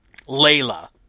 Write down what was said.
Layla